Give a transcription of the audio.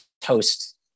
toast